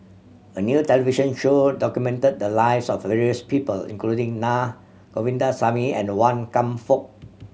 a new television show documented the lives of various people including Na Govindasamy and Wan Kam Fook